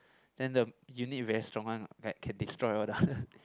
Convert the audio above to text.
then the unit very strong one like can destroy all the other